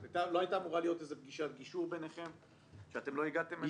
שאתם לא הגעתם אליה?